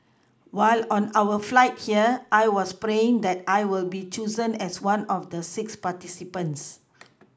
while on our flight here I was praying that I will be chosen as one of the six participants